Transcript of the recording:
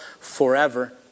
forever